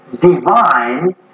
divine